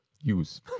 use